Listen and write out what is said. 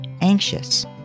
Anxious